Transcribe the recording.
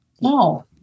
No